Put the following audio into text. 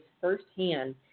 firsthand